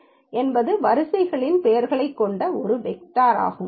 names என்பது வரிசைகளின் பெயர்களைக் கொண்ட ஒரு வேக்டார் ஆகும்